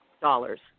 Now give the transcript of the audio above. dollars